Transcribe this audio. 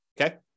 okay